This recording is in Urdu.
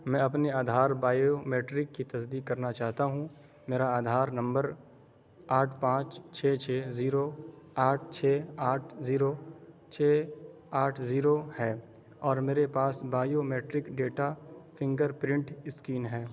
میں اپنے آدھار بایومیٹرک کی تصدیق کرنا چاہتا ہوں میرا آدھار نمبر آٹھ پانچ چھ چھ زیرو آٹھ چھ آٹھ زیرو چھ آٹھ زیرو ہے اور میرے پاس بایومیٹرک ڈیٹا فنگرپرنٹ اسکین ہے